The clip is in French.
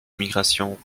migration